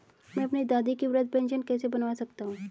मैं अपनी दादी की वृद्ध पेंशन कैसे बनवा सकता हूँ?